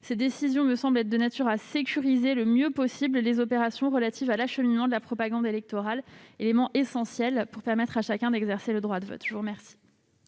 Ces décisions me semblent être de nature à sécuriser le mieux possible les opérations relatives à l'acheminement de la propagande électorale, élément essentiel à l'exercice par chacun du droit de vote. La parole